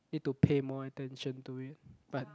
need to pay more attention to it but